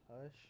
hush